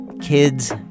kids